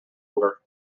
anger